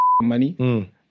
money